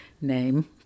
name